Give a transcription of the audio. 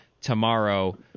tomorrow